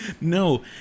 no